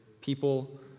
people